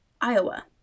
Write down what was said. Iowa